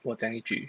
我讲一句